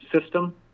system